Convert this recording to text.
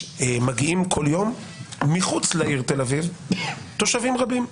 מגיעים כל יום מחוץ לעיר תל אביב תושבים רבים,